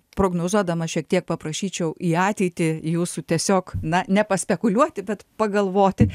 prognozuodama šiek tiek paprašyčiau į ateitį jūsų tiesiog na ne paspekuliuoti bet pagalvoti